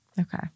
Okay